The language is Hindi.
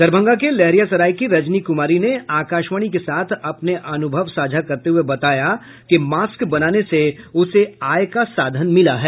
दरभंगा के लहरियासराय की रजनी कुमारी ने आकाशवाणी के साथ अपने अनुभव साझा करते हये बताया कि मास्क बनाने से उसे आय का साधन मिला है